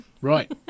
Right